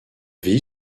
vie